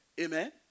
Amen